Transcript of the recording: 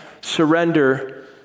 surrender